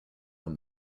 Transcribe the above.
when